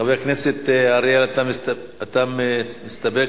חבר הכנסת אריאל, אתה מסתפק?